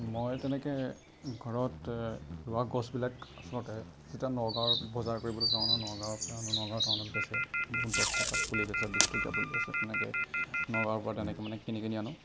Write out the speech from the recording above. মই তেনেকৈ ঘৰত ৰোৱা গছবিলাক আচলতে যেতিয়া নগাঁৱৰ বজাৰ কৰিব যাওঁ নহয় নগাঁও টাউনৰ পৰা আনো নগাঁও টাউনত বেচে বহুত দহ টকাত পুলি বেছে বিছ টকীয়া পুলি আছে তেনেকৈ নগাঁৱৰ পৰা তেনেকৈ মানে কিনি কিনি আনো